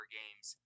games